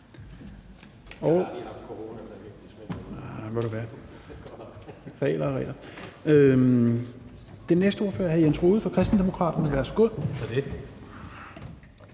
Den næste ordfører er hr. Jens Rohde fra Kristendemokraterne. Værsgo.